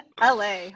LA